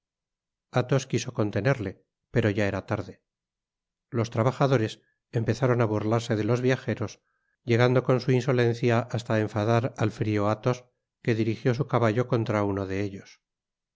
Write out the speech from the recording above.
athos quiso contenerle pero ya era tarde los trabajadores empezaron á burlarse de los viajeros llegando con su insolencia hasta á enfadar al frio athos que dirijió su caballo contra uno de ellos i